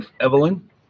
Evelyn